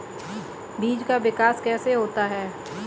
बीज का विकास कैसे होता है?